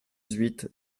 huit